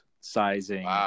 Sizing